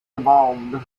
evolved